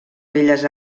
belles